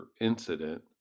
incident